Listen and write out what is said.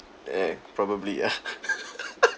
eh probably ya